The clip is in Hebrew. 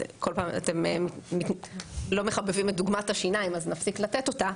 אתם לא מחבבים את דוגמת השיניים אז נפסיק לתת אותה.